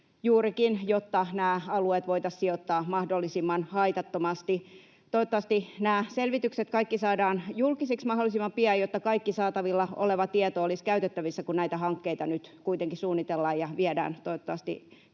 juurikin jotta nämä alueet voitaisiin sijoittaa mahdollisimman haitattomasti. Toivottavasti nämä kaikki selvitykset saadaan julkisiksi mahdollisimman pian, jotta kaikki saatavilla oleva tieto olisi käytettävissä, kun näitä hankkeita nyt kuitenkin suunnitellaan ja viedään toivottavasti kuitenkin